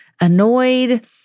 annoyed